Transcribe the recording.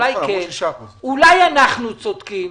אולי אנחנו צודקים.